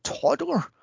toddler